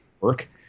work